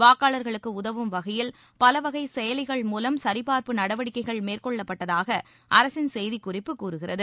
வாக்காளர்களுக்கு உதவும் வகையில் பல வகை செயலிகள் மூவம் சரிபார்ப்பு நடவடிக்கைகள் மேற்கொள்ளப்பட்டதாக அரசின் செய்திக்குறிப்பு கூறுகிறது